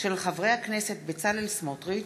של חברי הכנסת בצלאל סמוטריץ,